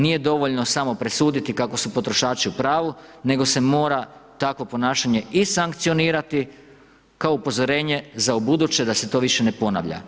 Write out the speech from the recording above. Nije dovoljno samo presuditi kako su potrošači u pravu nego se mora takvo ponašanje i sankcionirati kao upozorenje za ubuduće da se to više ne ponavlja.